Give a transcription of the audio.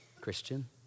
Christian